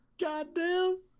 Goddamn